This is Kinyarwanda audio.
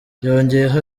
yongeyeho